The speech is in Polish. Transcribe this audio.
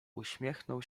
uśmiechnął